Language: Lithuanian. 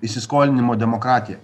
įsiskolinimo demokratija